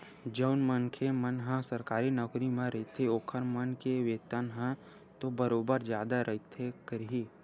जउन मनखे मन ह सरकारी नौकरी म रहिथे ओखर मन के वेतन ह तो बरोबर जादा रहिबे करही